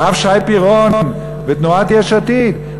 הרב שי פירון ותנועת יש עתיד,